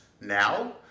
now